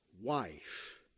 wife